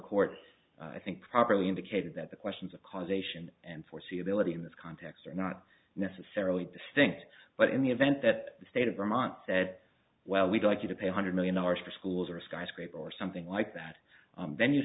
court i think properly indicated that the questions of causation and foreseeability in this context are not necessarily distinct but in the event that the state of vermont said well we'd like you to pay a hundred million dollars for schools or a skyscraper or something like that then you